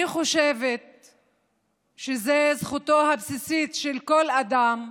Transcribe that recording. אני חושבת שזו זכותו הבסיסית של כל אדם,